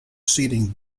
seating